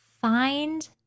Find